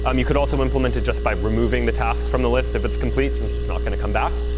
um you could also implement it just by removing the task from the list if it's complete, since it's not going to come back.